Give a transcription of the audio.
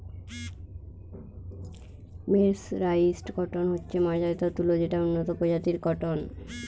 mercerised cotton হচ্ছে মার্জারিত তুলো যেটা উন্নত প্রজাতির কট্টন